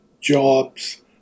jobs